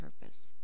purpose